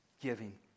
giving